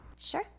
Sure